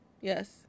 yes